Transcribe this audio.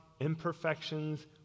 imperfections